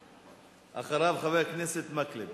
אחריו, חבר הכנסת מקלב.